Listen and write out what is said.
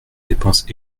dépenses